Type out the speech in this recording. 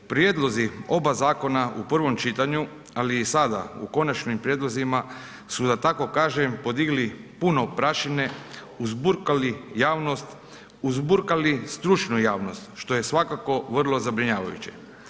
Prijedlozi oba zakona u prvom čitanju, ali i sada u konačnim prijedlozima su da tako kažem podigli puno prašine, uzburkali javnost, uzburkali stručnu javnost što je svakako vrlo zabrinjavajuće.